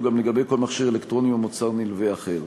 גם לגבי כל מכשיר אלקטרוני או מוצר נלווה אחר.